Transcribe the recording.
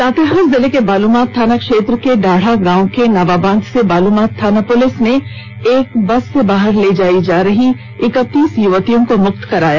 लातेहार जिले के बालूमाथ थाना क्षेत्र के डाढ़ा ग्राम के नावाबांध से बालूमाथ थाना पुलिस ने एक बस से बाहर ले जाई जा रहीं इक्तीस युवतियों को मुक्त कराया